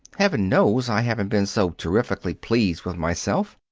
heaven knows i haven't been so terrifically pleased with myself!